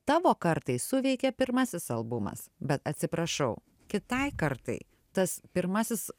tavo kartai suveikė pirmasis albumas bet atsiprašau kitai kartai tas pirmasis